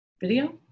video